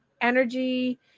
energy